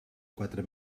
quatre